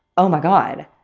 oh my, god,